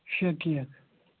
شےٚ کیک